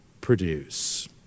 produce